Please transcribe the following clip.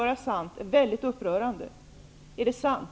Min andra fråga är därför: Är detta sant?